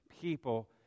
people